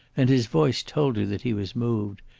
and his voice told her that he was moved,